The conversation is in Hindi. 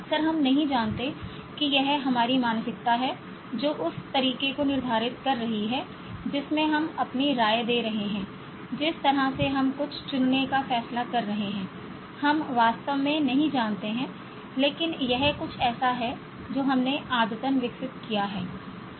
अक्सर हम नहीं जानते कि यह हमारी मानसिकता है जो उस तरीके को निर्धारित कर रही है जिसमें हम अपनी राय दे रहे हैं जिस तरह से हम कुछ चुनने का फैसला कर रहे हैं हम वास्तव में नहीं जानते हैं लेकिन यह कुछ ऐसा है जो हमने आदतन विकसित किया है